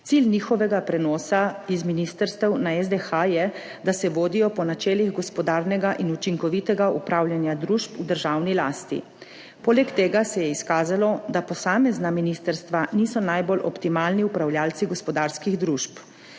Cilj njihovega prenosa iz ministrstev na SDH je, da se vodijo po načelih gospodarnega in učinkovitega upravljanja družb v državni lasti. Poleg tega se je izkazalo, da posamezna ministrstva niso najbolj optimalni upravljavci gospodarskih družb.